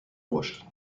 roche